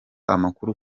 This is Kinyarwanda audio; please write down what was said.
amakuru